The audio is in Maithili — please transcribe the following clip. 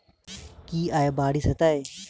की आय बारिश हेतै?